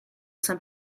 some